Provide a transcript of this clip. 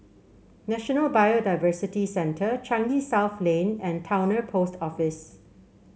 National Biodiversity Centre Changi South Lane and Towner Post Office